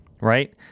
Right